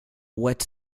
wet